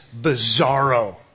Bizarro